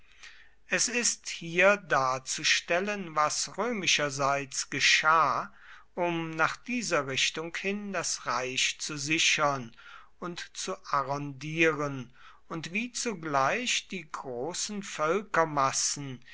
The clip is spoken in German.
es ist hier darzustellen was römischerseits geschah um nach dieser richtung hin das reich zu sichern und zu arrondieren und wie zugleich die großen